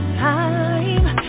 time